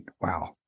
Wow